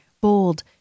bold